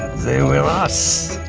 they were us